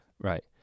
Right